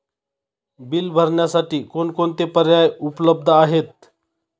Bill भरण्यासाठी कोणकोणते पर्याय उपलब्ध आहेत?